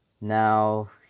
now